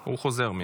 הוא חוזר מייד.